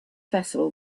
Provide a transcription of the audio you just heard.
vessel